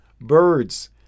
birds